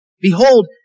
Behold